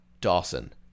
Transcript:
Dawson